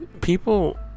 People